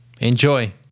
Enjoy